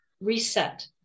reset